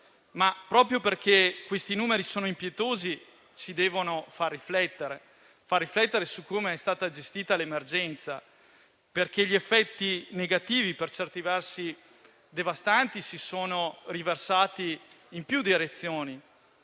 Proprio perché questi numeri sono impietosi, dobbiamo riflettere su come è stata gestita l'emergenza, perché gli effetti negativi, per certi versi devastanti, si sono riversati in più direzioni.